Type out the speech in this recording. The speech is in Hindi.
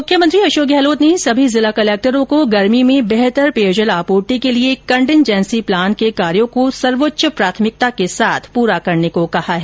मुख्यमंत्री अशोक गहलोत ने सभी जिला कलेक्टरों को गर्मी में बेहतर पेयजल आपूर्ति के लिए कंटीन्जेंसी प्लान के कार्यो को सर्वोच्च प्राथमिकता के साथ पूरा करने को कहा है